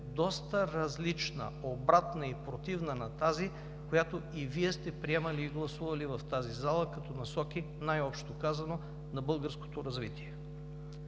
доста различна, обратна и противна на тази, която и Вие сте приемали и гласували в тази зала като насоки, най-общо казано, на българското развитие.